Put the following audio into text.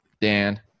Dan